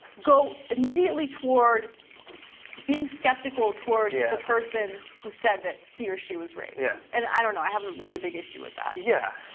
go immediately toward being skeptical toward yeah the person who said that he or she was raped. yeah and i don't know. i have a really big issue with that. yeah.